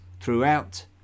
throughout